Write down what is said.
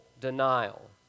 denial